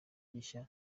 gishya